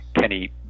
Kenny